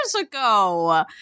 ago